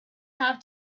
have